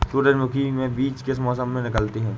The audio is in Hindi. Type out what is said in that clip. सूरजमुखी में बीज किस मौसम में निकलते हैं?